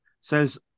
Says